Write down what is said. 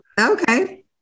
Okay